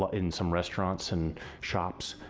ah in some restaurants and shops.